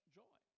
joy